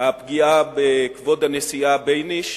הפגיעה בכבוד הנשיאה בייניש.